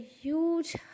huge